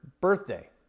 birthday